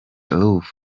ruth